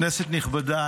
כנסת נכבדה,